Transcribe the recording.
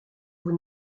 vous